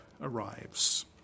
arrives